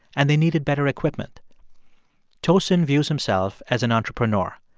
and they needed better equipment tosin views himself as an entrepreneur.